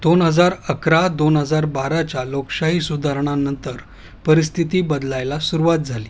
दोन हजार अकरा दोन हजार बाराच्या लोकशाही सुधारणानंतर परिस्थिती बदलायला सुरुवात झाली